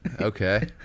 Okay